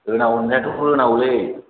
होन हरनायाथ' होनांगौलै